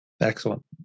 Excellent